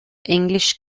englisch